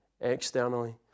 externally